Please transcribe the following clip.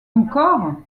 encore